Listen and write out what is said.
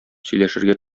сөйләшергә